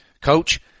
Coach